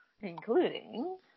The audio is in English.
including